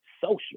social